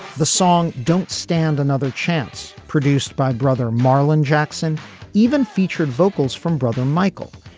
the song don't stand another chance. produced by brother marlon jackson even featured vocals from brother michael.